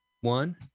one